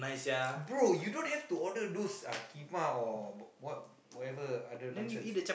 bro you don't have to order those ah keema or what whatever other nonsense